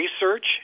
research